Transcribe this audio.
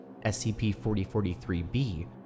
SCP-4043-B